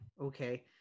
Okay